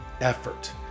Effort